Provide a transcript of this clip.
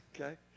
Okay